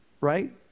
right